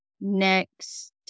next